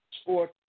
sport